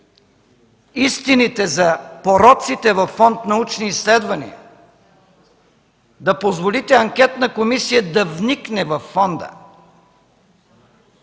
истините за пороците във Фонд „Научни изследвания”, да позволите анкетна комисия да вникне във фонда.